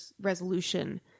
resolution